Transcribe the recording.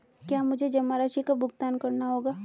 क्या मुझे जमा राशि का भुगतान करना होगा?